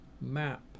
MAP